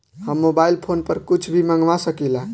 हम mobile phone पर कुछ भी मंगवा सकिला?